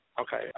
Okay